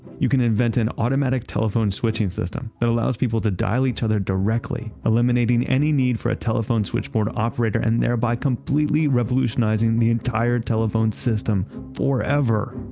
you can invent an automatic telephone switching system that allows people to dial each other directly eliminating any need for a telephone switchboard operator and thereby completely revolutionizing the entire telephone system forever.